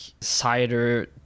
cider